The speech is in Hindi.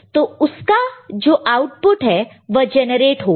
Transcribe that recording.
तो उसका जो आउटपुट है वह जनरेट होगा